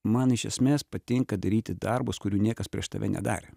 man iš esmės patinka daryti darbus kurių niekas prieš tave nedarė